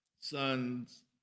Sons